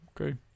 Okay